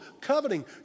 coveting